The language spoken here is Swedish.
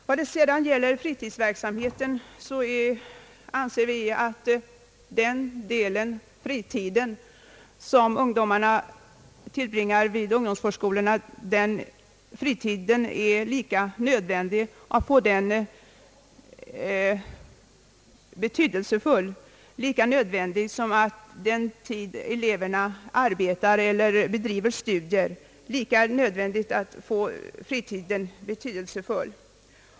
Vad sedan gäller fritidsverksamheten anser vi det nödvändigt att ungdomsvårdsskoleelevernas = fritid görs lika meningsfylld som den tid eleverna arbetar eller bedriver studier.